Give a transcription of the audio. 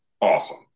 awesome